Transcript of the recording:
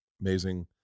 Amazing